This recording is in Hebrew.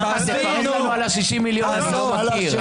ה-60 מיליון אני לא מכיר.